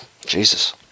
Jesus